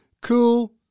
cool